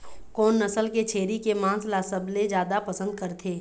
कोन नसल के छेरी के मांस ला सबले जादा पसंद करथे?